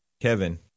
Kevin